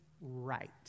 right